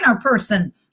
person